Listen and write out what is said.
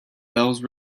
bells